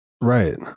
right